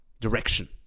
direction